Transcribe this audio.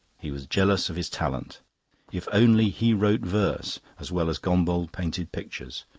he was jealous of his talent if only he wrote verse as well as gombauld painted pictures!